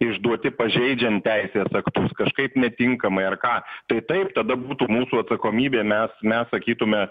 išduoti pažeidžiant teisės aktus kažkaip netinkamai ar ką tai taip tada būtų mūsų atsakomybė mes mes sakytume